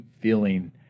feeling